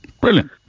Brilliant